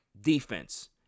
defense